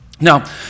Now